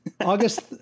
August